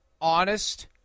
honest